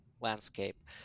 landscape